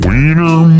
Wiener